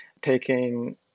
taking